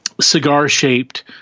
cigar-shaped